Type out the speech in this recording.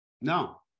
No